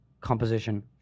Composition